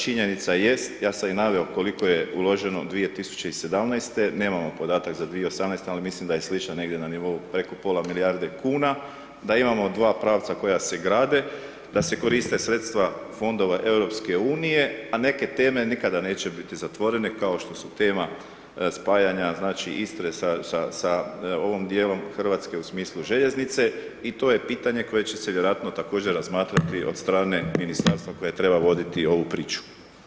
Činjenica jest, ja sam i naveo koliko je uloženo 2017., nemamo podatak za 2018., ali mislim da je slična negdje, na nivou preko pola milijarde kn, da imamo dva pravca koja se grade, da se koriste sredstva fondova EU, a neke teme nikada neće biti zatvorene kao što su tema spajanja znači Istre sa ovom dijelom Hrvatske u smislu željeznice i to je pitanje koje će se vjerojatno također razmatrati od strane ministarstva koje treba voditi ovu priču.